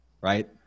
Right